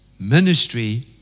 ministry